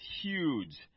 huge